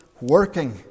working